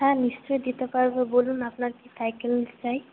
হ্যাঁ নিশ্চয়ই দিতে পারবো বলুন আপনার কী সাইকেল চাই